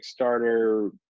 Kickstarter